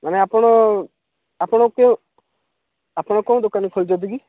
ମାନେ ଆପଣ ଆପଣଙ୍କୁ ଆପଣ କେଉଁ ଦୋକାନ ଖୋଲିଛନ୍ତି କି